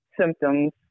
symptoms